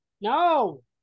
No